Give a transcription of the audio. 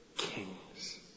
kings